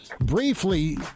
briefly